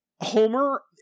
Homer